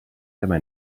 tema